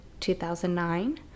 2009